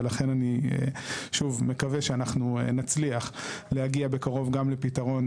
ולכן אני שוב מקווה שאנחנו נצליח להגיע בקרוב גם לפתרון